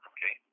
Okay